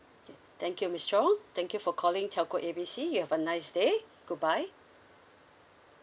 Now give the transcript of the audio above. K thank you miss chong thank you for calling telco A B C you have a nice day goodbye